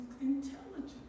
intelligent